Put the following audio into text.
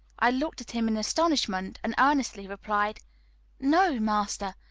i looked at him in astonishment, and earnestly replied no, master,